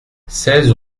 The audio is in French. seize